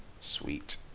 sweet